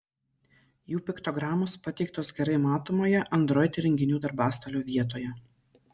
jų piktogramos pateiktos gerai matomoje android įrenginių darbastalio vietoje